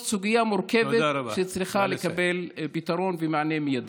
זאת סוגיה מורכבת שצריכה לקבל פתרון ומענה מיידי.